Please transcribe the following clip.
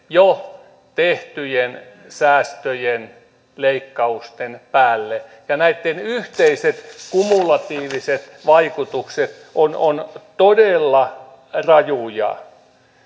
jo tehtyjen säästöjen leikkausten päälle ja näitten yhteiset kumulatiiviset vaikutukset ovat todella rajuja